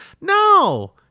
No